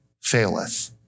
faileth